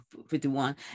51